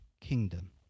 kingdom